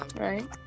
Right